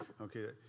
Okay